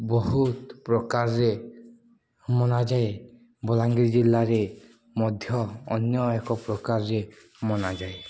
ବହୁତ ପ୍ରକାରରେ ମନାଯାଏ ବଲାଙ୍ଗୀର ଜିଲ୍ଲାରେ ମଧ୍ୟ ଅନ୍ୟ ଏକ ପ୍ରକାରରେ ମନାଯାଏ